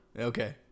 Okay